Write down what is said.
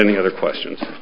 any other questions